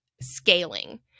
scaling